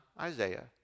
Isaiah